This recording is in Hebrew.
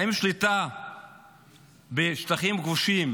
האם שליטה בשטחים כבושים